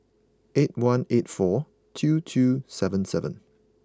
eight one eight four two two seven seven